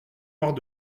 noires